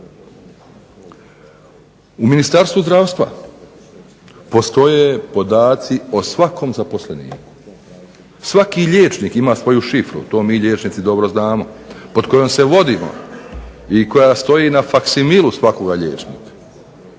U Ministarstvu zdravstva postoje podaci o svakom zaposleniku. Svaki liječnik ima svoju šifru, to mi liječnici dobro znamo, pod kojom se vodimo i koja stoji na faksimilu svakoga liječnika.